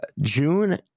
June